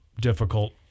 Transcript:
difficult